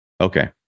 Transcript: Okay